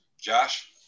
Josh